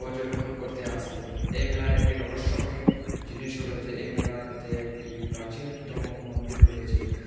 পর্যবেক্ষণ করতে আসে এই মেলার একটি রহস্যময় জিনিস হল যে এ মেলাতে একটি প্রাচীনতম মন্দির রয়েছে